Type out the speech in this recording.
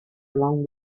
along